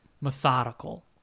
methodical